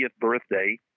birthday